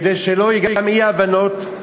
כדי שגם לא יהיו אי-הבנות: